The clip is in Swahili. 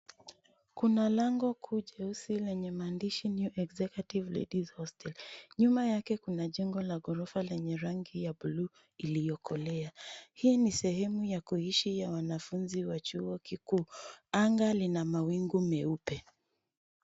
Kuna lango kuu jeusi lenye maandishi New Executive Ladies Hostel. Nyuma yake kuna jengo la ghorofa lenye rangi ya bluu iliyo kolea. Hii ni sehemu ya kuishi ya wanafunzi wa chuo kikuu. Anga lina mawingu meupe.